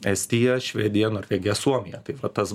estija švedija norvegija suomija taip va tas